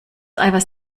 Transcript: eiweiß